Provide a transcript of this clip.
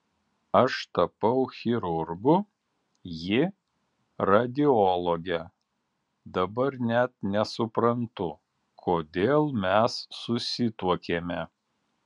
aš tapau chirurgu ji radiologe dabar net nesuprantu kodėl mes susituokėme